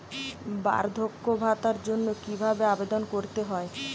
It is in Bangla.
বার্ধক্য ভাতার জন্য কিভাবে আবেদন করতে হয়?